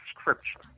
Scripture